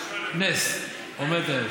נס, עומדת ארץ.